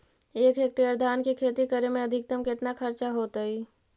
एक हेक्टेयर धान के खेती करे में अधिकतम केतना खर्चा होतइ?